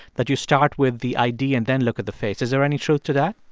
that you start with the id and then look at the face. is there any truth to that?